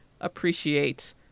appreciate